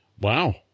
Wow